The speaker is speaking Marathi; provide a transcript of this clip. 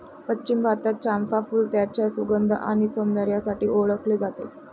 पश्चिम भारतात, चाफ़ा फूल त्याच्या सुगंध आणि सौंदर्यासाठी ओळखले जाते